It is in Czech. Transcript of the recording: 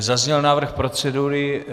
Zazněl návrh procedury.